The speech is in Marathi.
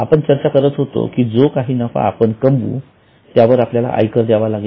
आपण चर्चा करत होतो की जो काही नफा आपण कमवू त्यावर आपल्याला आयकर दयावा लागेल